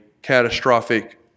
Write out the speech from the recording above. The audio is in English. catastrophic